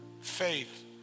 Faith